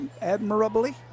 admirably